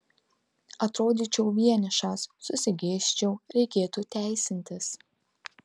atrodyčiau vienišas susigėsčiau reikėtų teisintis